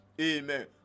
Amen